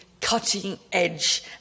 cutting-edge